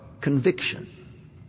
conviction